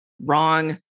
wrong